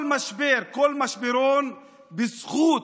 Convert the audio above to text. כל משבר, כל משברון, בזכות